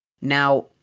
now